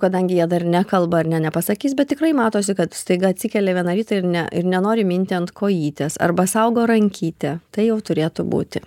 kadangi jie dar nekalba ar ne nepasakys bet tikrai matosi kad staiga atsikelia vieną rytą ir ne ir nenori minti ant kojytės arba saugo rankytę tai jau turėtų būti